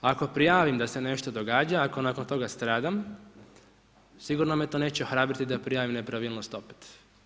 Ako prijavim da se nešto događa, ako nakon toga stradam, sigurno me to neće ohrabriti da prijavim nepravilnost opet.